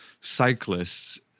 cyclists